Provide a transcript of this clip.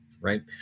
Right